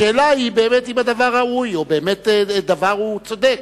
השאלה היא אם באמת הדבר ראוי או באמת הדבר צודק.